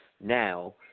Now